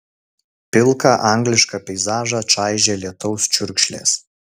pilką anglišką peizažą čaižė lietaus čiurkšlės